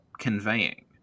conveying